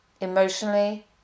emotionally